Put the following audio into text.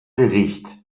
gericht